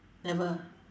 never